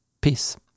peace